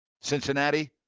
Cincinnati